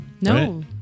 no